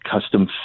custom